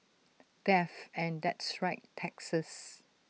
death and that's right taxes